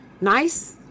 nice